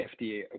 FDA